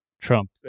Trump